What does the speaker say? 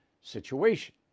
situation